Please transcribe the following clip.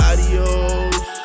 Adios